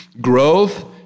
Growth